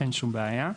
אין שום בעיה.